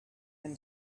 been